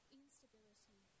instability